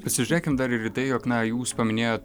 pasižiūrėkim dar ir į tai jog na jūs paminėjot